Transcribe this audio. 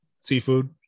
Seafood